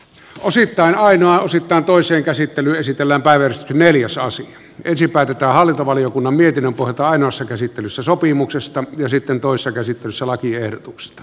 osittain aina osittain toisen käsittelyn esitellä alle neljäsosa ensin päätetään hallintovaliokunnan mietinnön pohjalta ainoassa käsittelyssä sopimuksesta ja sitten toisessa käsittelyssä lakiehdotuksesta